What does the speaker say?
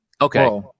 Okay